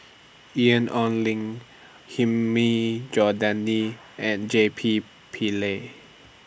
Ian Ong Li Hilmi Johandi and J P Pillay